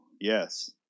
yes